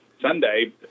Sunday